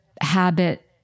habit